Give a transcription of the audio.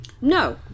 No